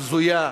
בזויה,